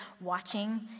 watching